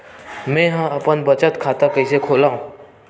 मेंहा अपन बचत खाता कइसे खोलव?